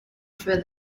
for